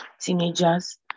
teenagers